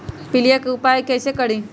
पीलिया के उपाय कई से करी?